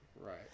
right